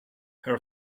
her